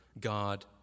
God